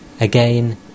Again